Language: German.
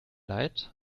leid